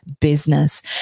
business